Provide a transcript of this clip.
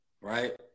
right